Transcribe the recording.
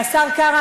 השר קרא,